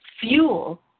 fuel